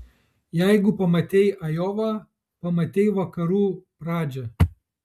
jeigu pamatei ajovą pamatei vakarų pradžią